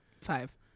Five